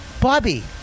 Bobby